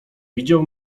widział